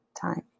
time